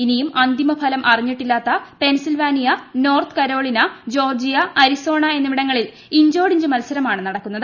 ഇനിയും അന്തിമ ഫലം അറിഞ്ഞിട്ടില്ലാത്ത Pennsylvania North Carolina Georgia Arizona എന്നിവിടങ്ങളിൽ ഇഞ്ചോടിഞ്ച് മത്സരമാണ് നടക്കുന്നത്